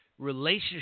relationship